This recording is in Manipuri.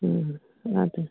ꯎꯝ ꯉꯥꯗꯣ